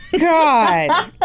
God